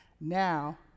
now